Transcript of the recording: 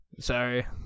Sorry